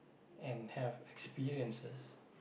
and have experiences